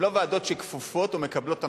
הן לא ועדות שכפופות או מקבלות הנחיות,